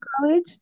college